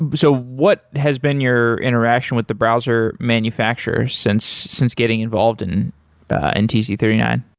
and so what has been your interaction with the browser manufacturers since since getting involved in and t c three nine?